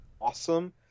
awesome